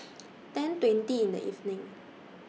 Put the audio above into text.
ten twenty in The evening